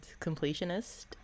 completionist